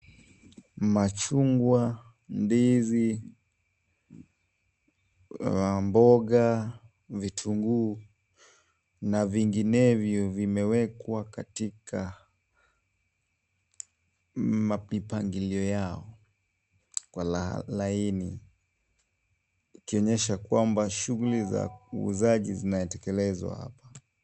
Machungwa, ndizi, mboga, vitunguu na vinginevyo vimewekwa katika mpangilio yao kwa laini, ikionyesha kwamba shughuli za uuzaji zinatekelezwa hapa.